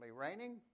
raining